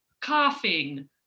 coughing